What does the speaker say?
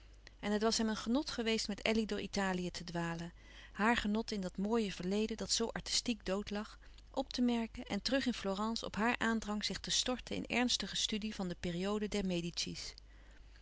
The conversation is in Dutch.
en het was hem een genot geweest met elly door italië te dwalen haar genot in dat mooie verleden dat zoo artistiek dood lag op te merken en terug in florence op haar aandrang zich te storten in ernstige studie van de periode der